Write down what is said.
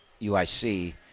UIC